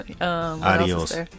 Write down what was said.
Adios